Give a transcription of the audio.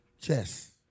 chess